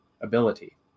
ability